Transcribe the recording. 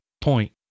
point